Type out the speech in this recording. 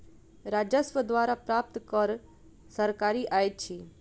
राजस्व द्वारा प्राप्त कर सरकारी आय अछि